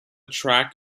track